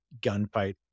gunfight